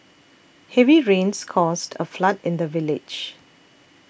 heavy rains caused a flood in the village